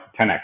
10x